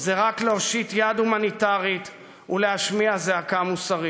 זה רק להושיט יד הומניטרית ולהשמיע זעקה מוסרית.